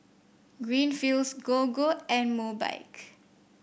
Greenfields Gogo and Mobike